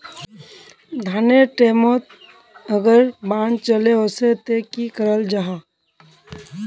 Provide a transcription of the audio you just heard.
धानेर टैमोत अगर बान चले वसे ते की कराल जहा?